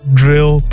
drill